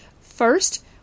First